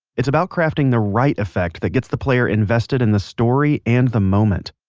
it's about crafting the right effect that gets the player invested in the story and the moment.